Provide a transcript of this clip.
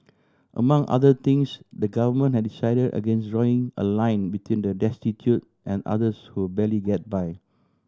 among other things the Government has decided against drawing a line between the destitute and others who barely get by